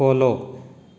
follow